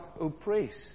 oppressed